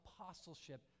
apostleship